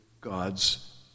God's